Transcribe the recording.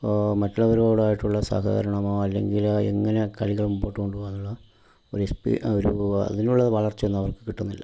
മറ്റുള്ളവരോടായിട്ടുള്ള സഹകരണമോ അല്ലെങ്കിൽ എങ്ങനെ കളികൾ മുമ്പോട്ട് കൊണ്ട് പോകാന്നുള്ള ഒരു എക്സ്പീ ഒരു അതിനുള്ള വളർച്ചയൊന്നും അവർക്ക് കിട്ടുന്നില്ല